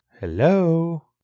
Hello